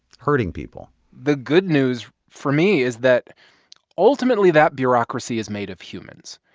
hurting people the good news, for me, is that ultimately that bureaucracy is made of humans.